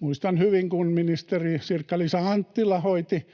Muistan hyvin, kun ministeri Sirkka-Liisa Anttila hoiti